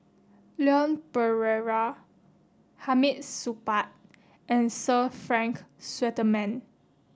Leon Perera Hamid Supaat and Sir Frank Swettenham